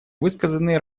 высказанные